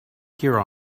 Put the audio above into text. hear